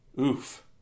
Oof